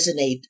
resonate